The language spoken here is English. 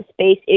space